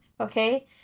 Okay